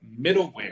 Middleware